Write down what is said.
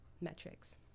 metrics